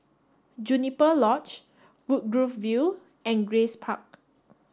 Juniper Lodge Woodgrove View and Grace Park